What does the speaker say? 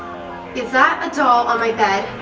is that a doll on my bed?